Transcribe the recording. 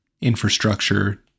infrastructure